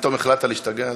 פתאום החלטת להשתגע?